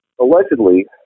allegedly